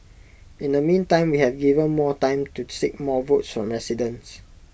in the meantime we have given more time to seek more votes from residents